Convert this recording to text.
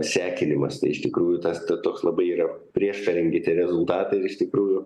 sekinimas tai iš tikrųjų tas to toks labai yra prieštaringi rezultatai ir iš tikrųjų